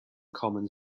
common